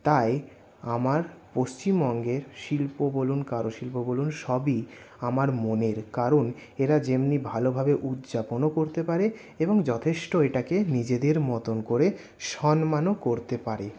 তাই আমার পশ্চিমবঙ্গের শিল্প বলুন কারু শিল্প বলুন সবই আমার মনের কারণ এরা যেমনি ভালোভাবে উদযাপনও করতে পারে এবং যথেষ্ট এটাকে নিজেদের মতো করে সম্মানও করতে পারে